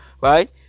right